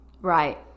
Right